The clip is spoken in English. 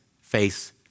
face